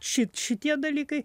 ši šitie dalykai